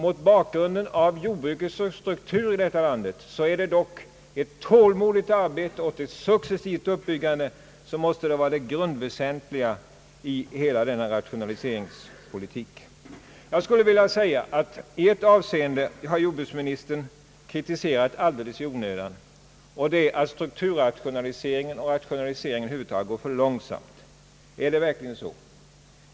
Mot bakgrund av jordbrukets struktur är det dock ett tålmodigt arbete och ett successivt uppbyggande, som måste vara det väsentliga i hela denna rationaliseringspolitik. Jag vill också säga, att jordbruksministern i ett avseende har kritiserat alldeles i onödan, nämligen då han sagt att strukturrationaliseringen och rationaliseringen över huvud taget går för långsamt. Är det verkligen så?